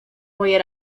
moje